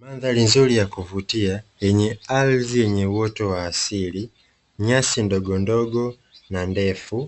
Mandhari nzuri ya kuvutia yenye ardhi yenye uoto wa asili, nyasi ndogondogo na ndefu,